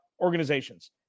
organizations